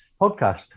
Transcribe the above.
podcast